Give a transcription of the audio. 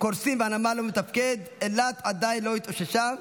קורסים והנמל לא מתפקד: אילת עדיין לא התאוששה,